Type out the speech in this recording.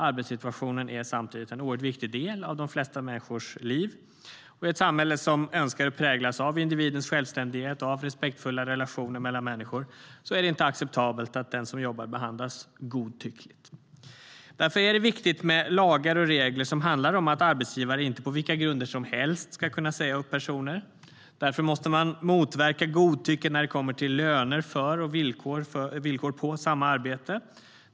Arbetssituationen är samtidigt en oerhört viktig del av de flesta människors liv.I ett samhälle som önskar präglas av individens självständighet och av respektfulla relationer mellan människor är det inte acceptabelt att den som jobbar behandlas godtyckligt. Därför är det viktigt med lagar och regler som handlar om att arbetsgivare inte på vilka grunder som helst ska kunna säga upp personer. Därför måste man motverka godtycke när det kommer till löner för och villkor på samma arbete.